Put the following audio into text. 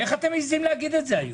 איך אתם מעיזים להגיד את זה היום?